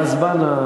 את בזמן,